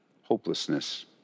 hopelessness